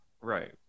right